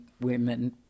women